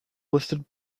listed